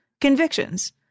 convictions